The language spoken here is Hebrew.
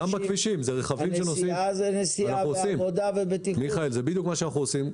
הנסיעה היא נסיעה --- זה בדיוק מה שאנחנו עושים.